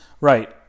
Right